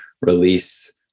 release